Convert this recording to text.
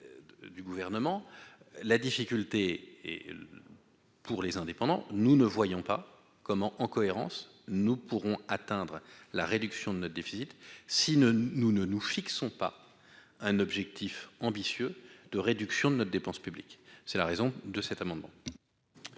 du gouvernement, la difficulté et pour les indépendants, nous ne voyons pas comment en cohérence, nous pourrons atteindre la réduction de notre déficit s'il ne nous ne nous fixons pas un objectif ambitieux de réduction de la dépense publique, c'est la raison de cet amendement.